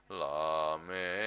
lame